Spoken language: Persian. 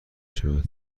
شود